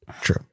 true